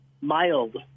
mild